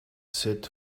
set